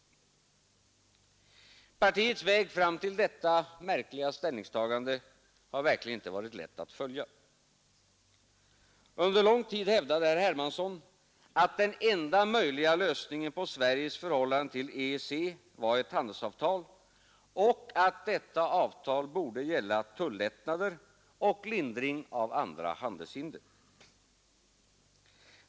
Partiets väg fram till detta märkliga ställningstagande har verkligen inte varit lätt att följa. Under lång tid hävdade herr Hermansson att den enda möjliga lösningen på Sveriges förhållande till EEC var ett handelsavtal och att detta avtal borde gälla tullättnader och lindring av andra handelshinder.